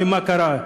ומה קרה,